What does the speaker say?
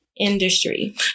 industry